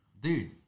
Dude